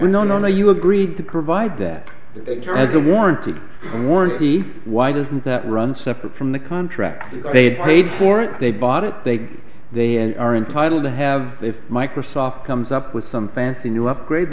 with no no no you agreed to provide that term as a warranty warranty why doesn't that run separate from the contract they'd paid for it they bought it they they are entitled to have microsoft comes up with some fancy new upgrade